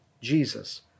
Jesus